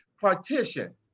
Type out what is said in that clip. Partition